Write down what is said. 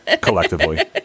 collectively